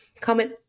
Comment